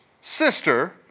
sister